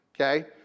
okay